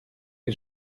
que